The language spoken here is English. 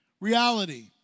Reality